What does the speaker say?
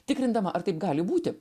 tikrindama ar taip gali būti